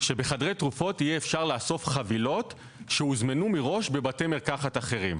שבחדרי תרופות יהיה אפשר לעשות חבילות שהוזמנו מראש בבתי מרקחת אחרים.